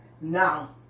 Now